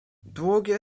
długie